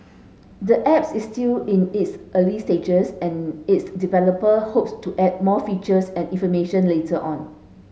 the apps is still in its early stages and its developer hopes to add more features and information later on